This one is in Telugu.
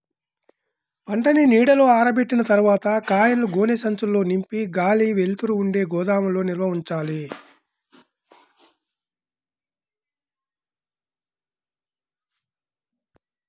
పంటని నీడలో ఆరబెట్టిన తర్వాత కాయలను గోనె సంచుల్లో నింపి గాలి, వెలుతురు ఉండే గోదాముల్లో నిల్వ ఉంచాలి